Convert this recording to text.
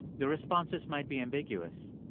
the responses might be ambiguous.